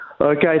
Okay